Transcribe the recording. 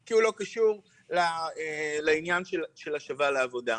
כי הוא לא קשור לעניין של השבה לעבודה.